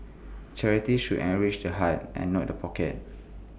charity should enrich the heart and not the pocket